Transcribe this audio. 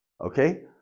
Okay